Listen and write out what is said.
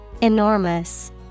Enormous